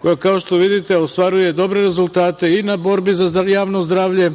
koja, kao što vidite, ostvaruje dobre rezultate i u borbi za javno zdravlje,